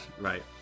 Right